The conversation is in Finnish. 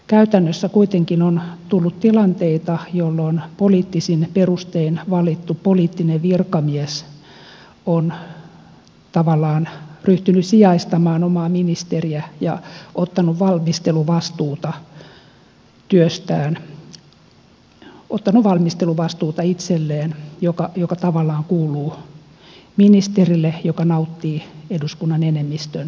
käytännössä kuitenkin on tullut tilanteita jolloin poliittisin perustein valittu poliittinen virkamies on tavallaan ryhtynyt sijaistamaan omaa ministeriä ja ottanut itselleen valmisteluvastuuta joka tavallaan kuuluu ministerille joka nauttii eduskunnan enemmistön luottamusta